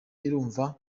ivurwa